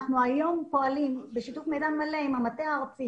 אנחנו היום פועלים בשיתוף מידע מלא עם המטה הארצי,